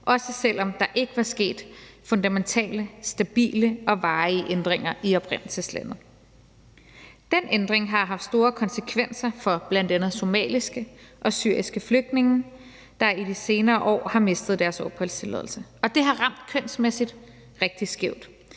også selv om der ikke var sket fundamentale, stabile og varige ændringer i oprindelseslandet. Den ændring har haft store konsekvenser for bl.a. somaliske og syriske flygtninge, der i de senere år har mistet deres opholdstilladelse, og det har ramt kønsmæssigt rigtig skævt,